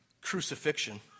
crucifixion